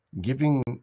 giving